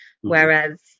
whereas